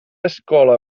escola